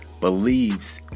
believes